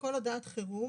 "(ו1)בכל הודעת חירום